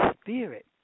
spirit